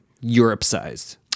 Europe-sized